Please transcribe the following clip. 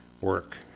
work